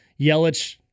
Yelich